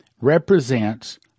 represents